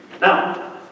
Now